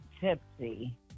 tipsy